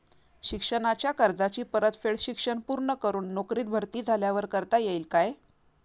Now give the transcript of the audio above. शिक्षणाच्या कर्जाची परतफेड शिक्षण पूर्ण करून नोकरीत भरती झाल्यावर करता येईल काय?